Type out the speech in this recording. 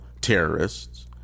terrorists